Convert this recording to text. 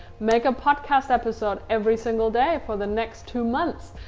make a podcast episode every single day for the next two months,